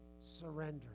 surrender